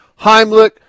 Heimlich